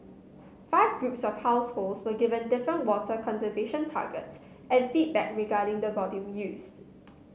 five groups of households were given different water conservation targets and feedback regarding the volume used